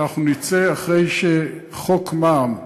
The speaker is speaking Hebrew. שנצא אחרי שחוק מע"מ יעבור.